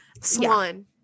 swan